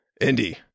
Indy